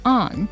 on